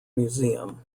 museum